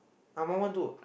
I'm one one two